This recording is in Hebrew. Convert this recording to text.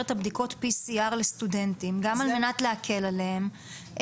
את הבדיקות PCR לסטודנטים על מנת להקל עליהם.